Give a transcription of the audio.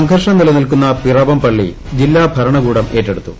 സംഘർഷം നിലനിൽക്കുന്നു പീറവം പള്ളി ജില്ലാ ന് ഭരണകൂടം ഏറ്റെടുത്തു